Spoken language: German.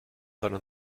seiner